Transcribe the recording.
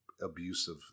abusive